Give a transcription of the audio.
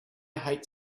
hate